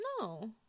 No